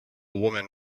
woman